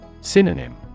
Synonym